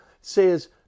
says